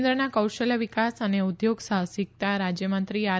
કેન્દ્રના કૌશલ્ય વિકાસ અને ઉદ્યોગ સાહસીકતા રાજયમંત્રી આર